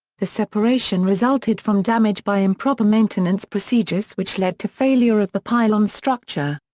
the separation resulted from damage by improper maintenance procedures which led to failure of the pylon structure.